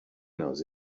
knows